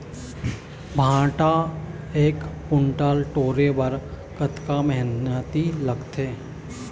भांटा एक कुन्टल टोरे बर कतका मेहनती लागथे?